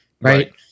right